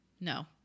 No